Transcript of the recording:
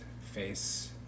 face